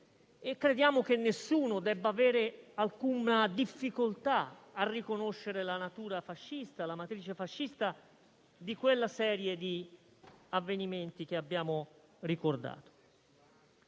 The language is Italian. crediamo che nessuno debba avere alcuna difficoltà a riconoscere la matrice fascista di quella serie di avvenimenti che abbiamo ricordato.